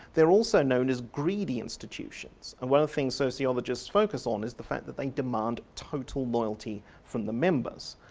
they're also known as greedy institutions and one of the things sociologists focus on is the fact that they demand total loyalty from the members.